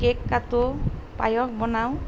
cake কাটোঁ পায়স বনাওঁ